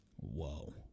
Whoa